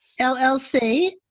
LLC